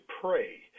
pray